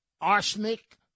arsenic